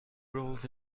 roles